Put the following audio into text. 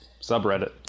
Subreddit